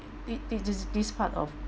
it this this this part of